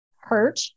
hurt